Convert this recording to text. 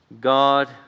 God